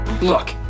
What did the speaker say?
Look